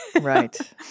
Right